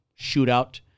shootout